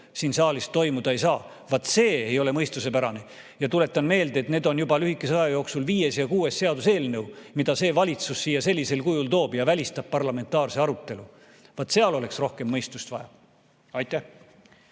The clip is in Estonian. siin saalis toimuda ei saa. Vaat see ei ole mõistuspärane! Ja tuletan meelde, et need on juba lühikese aja jooksul viies ja kuues seaduseelnõu, mida see valitsus siia sellisel kujul toob ja välistab parlamentaarse arutelu. Vaat seal oleks rohkem mõistust vaja. Aitäh!